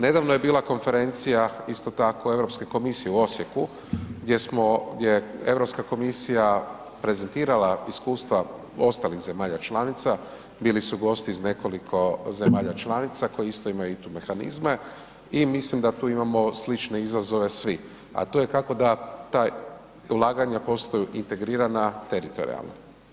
Nedavno je bila konferencija, isto tako EU komisije u Osijeku gdje smo, gdje EU komisija prezentirala iskustva ostalih zemalja članica, bili su gosti iz nekoliko zemalja članica koji isto imaju ITU mehanizme i mislim da tu imamo slične izazove svi, a to je kako da ta ulaganja postaju integrirana teritorijalna.